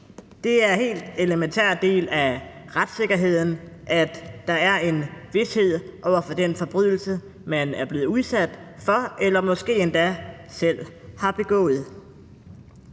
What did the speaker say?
Det er en helt elementær del af retssikkerheden, at der er en vished i forhold til den forbrydelse, man er blevet udsat for, eller måske endda selv har begået.